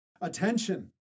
Attention